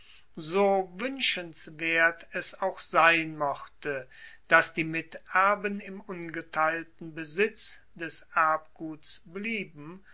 so wuenschenswert es auch sein mochte dass die miterben im ungeteilten besitz des erbguts blieben